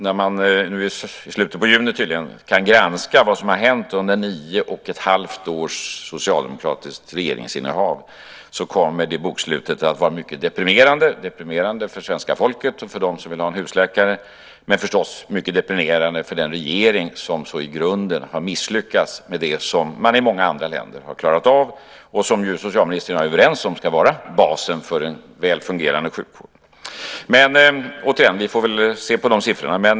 När man i slutet på juni kan granska vad som har hänt under nio och ett halvt års socialdemokratiskt regeringsinnehav kommer det bokslutet att vara mycket deprimerande för svenska folket och dem som vill ha en husläkare, och även mycket deprimerande för den regering som så i grunden har misslyckats med det som man i många andra länder har klarat av och som socialministern och jag är överens om ska vara basen för en väl fungerande sjukvård. Men jag vill återigen säga att vi väl får se på de siffrorna.